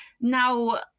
now